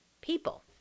people